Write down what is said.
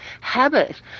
habit